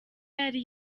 yari